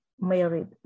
married